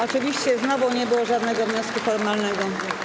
Oczywiście znowu nie było żadnego wniosku formalnego.